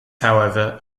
however